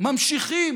ממשיכים